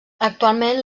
actualment